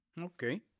Okay